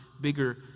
bigger